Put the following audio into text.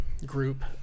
group